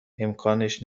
امکانش